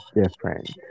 different